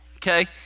Okay